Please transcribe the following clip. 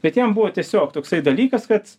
bet jam buvo tiesiog toksai dalykas kad